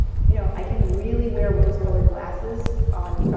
you know, i can really wear rose colored glasses on, ah